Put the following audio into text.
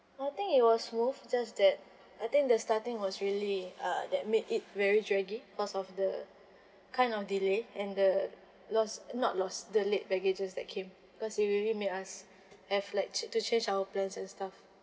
I think it was smooth just that I think the starting was really uh that made it very draggy cause of the kind of delay and the lost not lost the late baggages that came because it really made us have like cha~ to change our plans and stuff